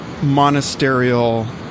monasterial